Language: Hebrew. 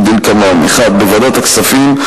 כדלקמן: בוועדת הכספים,